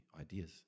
ideas